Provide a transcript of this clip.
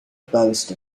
boast